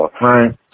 Right